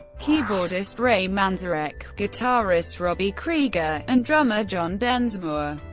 keyboardist ray manzarek, guitarist robby krieger, and drummer john densmore.